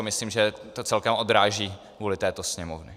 Myslím, že to celkem odráží vůli této Sněmovny.